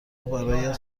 برایت